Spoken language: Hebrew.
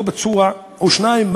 לא פצוע או שניים,